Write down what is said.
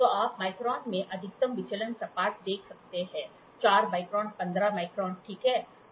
तो आप माइक्रोन में अधिकतम विचलन सपाटता देख सकते हैं 4 माइक्रोन 15 माइक्रोन ठीक है